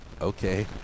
Okay